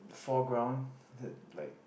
fall ground that like